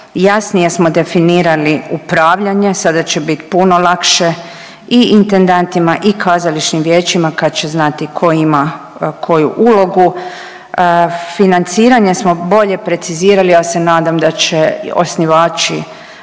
jasnije smo definirali upravljanje, sada će bit puno lakše i intendantima i kazališnim vijećima kad će znati tko ima koju ulogu. Financiranje smo bolje precizirali, ja se nadam da će osnivači